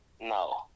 No